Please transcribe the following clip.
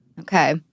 Okay